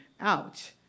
out